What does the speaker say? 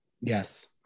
Yes